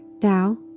thou